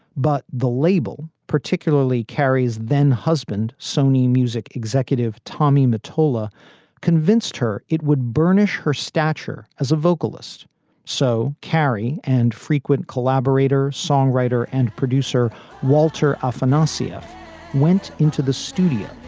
but the label particularly carries then husband, sony music executive tommy mottola convinced her it would burnish her stature as a vocalist so carey and frequent collaborator, songwriter and producer walter often ah rcf went into the studio,